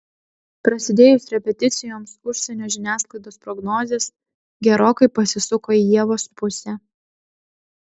prasidėjus repeticijoms užsienio žiniasklaidos prognozės gerokai pasisuko į ievos pusę